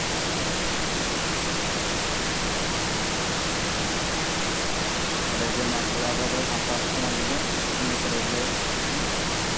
ᱚᱸᱰᱮ ᱜᱮ ᱱᱚᱣᱟ ᱠᱚᱨᱮ ᱫᱚ ᱟᱵᱚ ᱫᱚ ᱥᱟᱱᱛᱟᱲ ᱥᱚᱢᱟᱡᱽ ᱨᱮᱫᱚ ᱱᱤᱭᱟᱹ ᱠᱚᱨᱮ ᱜᱮ ᱵᱩᱱ